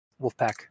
Wolfpack